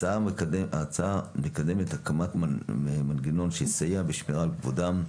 ההצעה מקדמת הקמת מנגנון שיסייע בשמירה על כבודם,